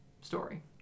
story